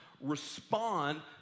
respond